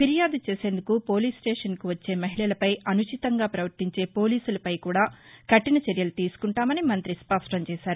ఫిర్యాదు చేసేందుకు పోలీస్ స్లేషన్కు వచ్చే మహిళలపై అనుచితంగా పవర్తించే పోలీసులపై కూడా కఠిన చర్యలు తీసుకుంటామని మంత్రి స్పష్టం చేశారు